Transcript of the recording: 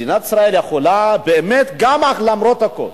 מדינת ישראל יכולה באמת, גם למרות הכול,